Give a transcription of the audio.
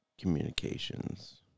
communications